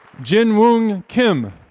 jinwoong kim.